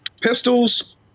pistols